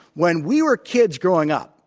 when we were kids growing up,